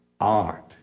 art